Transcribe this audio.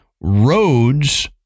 Roads